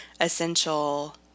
essential